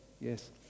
yes